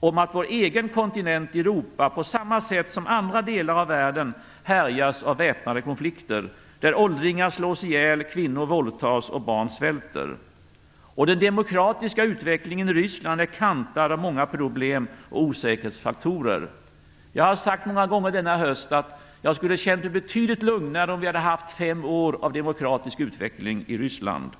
om att vår egen kontinent, Europa, på samma sätt som andra delar av världen härjas av väpnade konflikter, där åldringar slås ihjäl, kvinnor våldtas och barn svälter. Den demokratiska utvecklingen i Ryssland är kantad av många problem och osäkerhetsfaktorer. Jag har sagt många gånger denna höst att jag skulle ha känt mig betydligt lugnare om vi hade haft fem år av demokratisk utveckling i Ryssland.